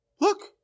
look